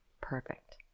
Perfect